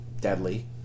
deadly